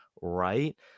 right